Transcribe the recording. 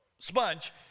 sponge